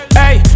hey